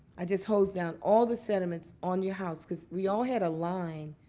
i'd just hose down all the sediments on your house, because we all had a line,